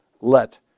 let